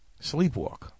Sleepwalk